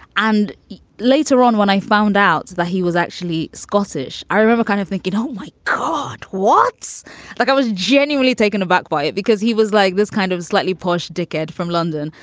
and later on, when i found out that he was actually scottish, i remember kind of think you don't like what's like i was genuinely taken aback by it because he was like this kind of slightly posh dickhead from london.